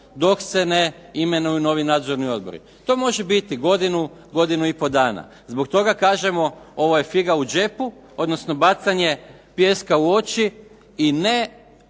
dok se ne imenuju novi nadzorni odbori. To može biti godinu, godinu i pol dana. Zbog toga kažemo ovo je figa u džepu odnosno bacanje pijeska u oči i ne